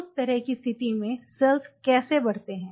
उस तरह की स्थिति में सेल्स कैसे बढ़ते हैं